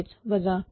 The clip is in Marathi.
तर म्हणजेच 0